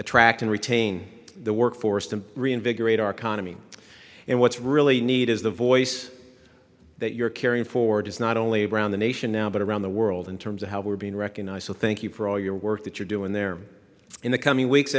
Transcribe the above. attract and retain the workforce to reinvigorate our economy and what's really need is the voice that you're carrying forward is not only around the nation now but around the world in terms of how we're being recognized so thank you for all your work that you're doing there in the coming weeks